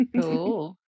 cool